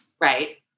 right